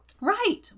Right